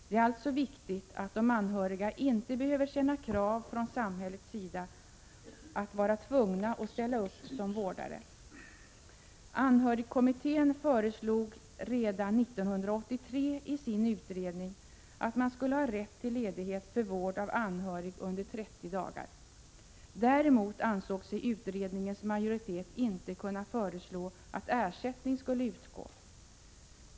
Det är alltså viktigt att de anhöriga inte behöver känna krav från samhällets sida att de skall vara tvungna att ställa upp som vårdare. Anhörigkommittén föreslog redan 1983 i sin utredning att man skulle ha rätt till ledighet under 30 dagar för vård av anhörig. Däremot ansåg sig utredningens majoritet inte kunna föreslå att ersättning skulle utgå.